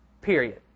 Period